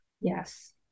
Yes